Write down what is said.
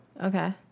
Okay